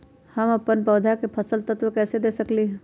हम अपन पौधा के पोषक तत्व कैसे दे सकली ह?